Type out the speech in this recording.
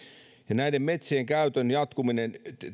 metsien käytön jatkuminen